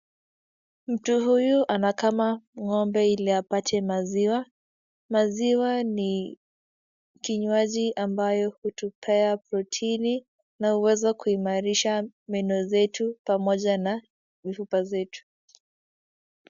Mtu huyu anakama ngombe ili apate maziwa, maziwa ni kinywaji ambayo utupea protini na uweza kuimarisha meno zetu pamoja na mifupa zetu.